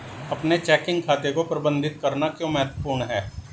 अपने चेकिंग खाते को प्रबंधित करना क्यों महत्वपूर्ण है?